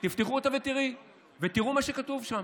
תפתחו אותה ותראו מה שכתוב שם.